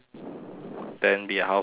then be a housewife ah